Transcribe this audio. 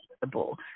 possible